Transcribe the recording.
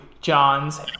Johns